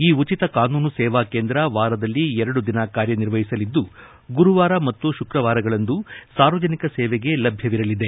ಈ ಉಚಿತ ಕಾನೂನು ಸೇವಾಕೇಂದ್ರ ವಾರದಲ್ಲಿ ಎರಡು ದಿನ ಕಾರ್ಯನಿರ್ವಹಿಸಲಿದ್ದು ಗುರುವಾರ ಮತ್ತು ಶುಕ್ರವಾರಗಳಂದು ಸಾರ್ವಜನಿಕ ಸೇವೆಗೆ ಲಭ್ಯ ಇರಲಿದೆ